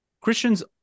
christians